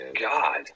God